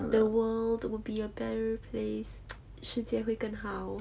the world would be a better place 世界会更好